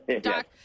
Doc